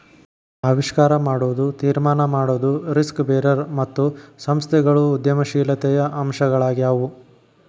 ಆವಿಷ್ಕಾರ ಮಾಡೊದು, ತೀರ್ಮಾನ ಮಾಡೊದು, ರಿಸ್ಕ್ ಬೇರರ್ ಮತ್ತು ಸಂಸ್ಥೆಗಳು ಉದ್ಯಮಶೇಲತೆಯ ಅಂಶಗಳಾಗ್ಯಾವು